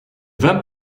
vamp